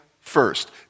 first